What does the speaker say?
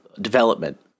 development